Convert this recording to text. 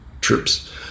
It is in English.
troops